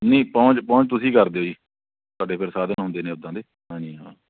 ਨਹੀਂ ਪਹੁੰਚ ਪਹੁੰਚ ਤੁਸੀਂ ਕਰ ਦਿਓ ਜੀ ਤੁਹਾਡੇ ਫਿਰ ਸਾਧਨ ਹੁੰਦੇ ਨੇ ਉੱਦਾਂ ਦੇ ਹਾਂਜੀ ਹਾਂ